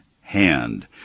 hand